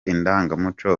indangamuco